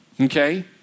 Okay